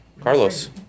Carlos